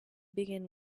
begin